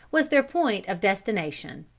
was their point of destination.